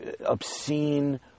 obscene